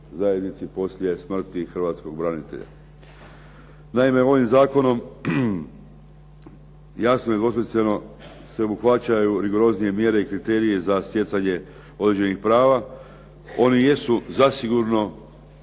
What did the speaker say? zajednici poslije smrti hrvatskog branitelja. Naime, ovim zakonom jasno i … /Govornik se ne razumije./… se obuhvaćaju rigoroznije mjere i kriteriji za stjecanje određenih prava. Oni jesu zasigurno